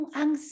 ang